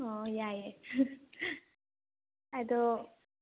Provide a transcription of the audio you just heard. ꯌꯥꯏꯌꯦ ꯑꯗꯣ